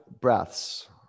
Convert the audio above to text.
breaths